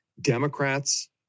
Democrats